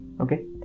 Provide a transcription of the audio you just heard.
okay